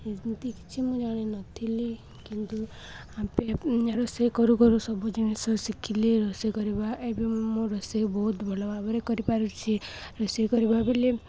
ଏମିତି କିଛି ମୁଁ ଜାଣିନଥିଲି କିନ୍ତୁ ଆପେ ଆପେ ରୋଷେଇ କରୁ କରୁ ସବୁ ଜିନିଷ ଶିଖିଲି ରୋଷେଇ କରିବା ଏବେ ମୁଁ ରୋଷେଇ ବହୁତ ଭଲ ଭାବରେ କରିପାରୁଛି ରୋଷେଇ କରିବା ବେଲେ